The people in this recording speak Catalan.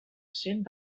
cent